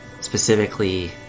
specifically